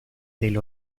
del